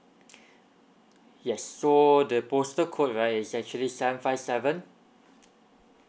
yes so the postal code right is actually seven five seven